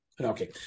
Okay